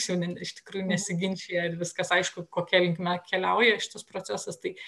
šiandien iš tikrųjų nesiginčija viskas aišku kokia linkme keliauja šitas procesas tai